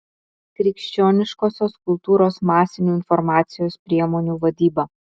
krikščioniškosios kultūros masinių informacijos priemonių vadyba